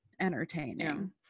entertaining